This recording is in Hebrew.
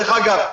דרך אגב,